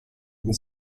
the